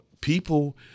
people